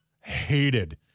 hated